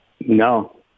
No